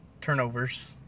turnovers